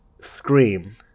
scream